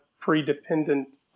Pre-dependent